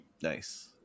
Nice